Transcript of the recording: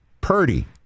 Purdy